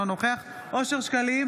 אינו נוכח אושר שקלים,